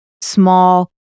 small